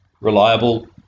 Reliable